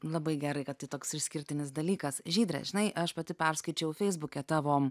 labai gerai kad tai toks išskirtinis dalykas žydre žinai aš pati perskaičiau feisbuke tavo